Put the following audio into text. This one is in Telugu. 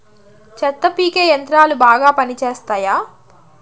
చెత్త పీకే యంత్రాలు బాగా పనిచేస్తాయా?